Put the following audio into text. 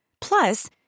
Plus